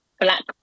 Black